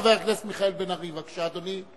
חבר הכנסת מיכאל בן-ארי, בבקשה, אדוני.